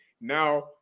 Now